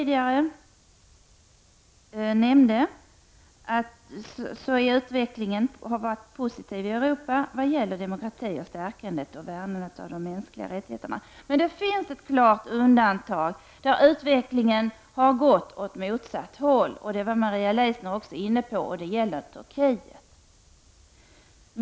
Jag nämnde tidigare att utvecklingen har varit positiv i Europa vad gäller demokrati och stärkandet och värnandet av de mänskliga rättigheterna, men det finns ett klart undantag, där utvecklingen har gått åt motsatt håll. Maria Leissner var också inne på det. Det gäller Turkiet.